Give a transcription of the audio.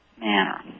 manner